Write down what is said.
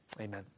Amen